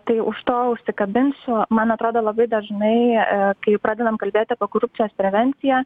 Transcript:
tai už to užsikabinsiu man atrodo labai dažnai kai pradedam kalbėti apie korupcijos prevenciją